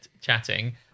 chatting